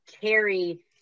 carry